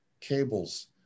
cables